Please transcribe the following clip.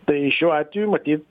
tai šiuo atveju matyt